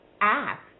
ask